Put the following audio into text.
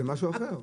זה משהו אחר.